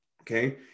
Okay